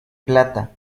plata